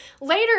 later